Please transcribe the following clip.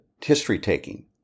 history-taking